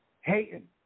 Hating